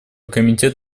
комитет